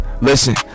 listen